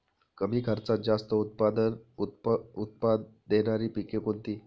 कमी खर्चात जास्त उत्पाद देणारी पिके कोणती?